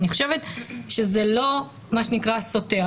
אבל זה לא סותר.